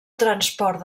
transport